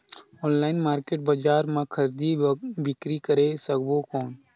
Online market बजार मां खरीदी बीकरी करे सकबो कौन?